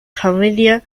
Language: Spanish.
familia